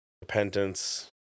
Repentance